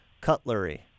Cutlery